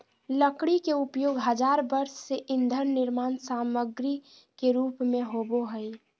लकड़ी के उपयोग हजार वर्ष से ईंधन निर्माण सामग्री के रूप में होबो हइ